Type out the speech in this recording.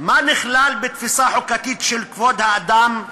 מה נכלל בתפיסה חוקתית של כבוד האדם?